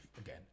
again